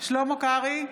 שלמה קרעי,